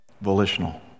volitional